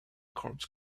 corps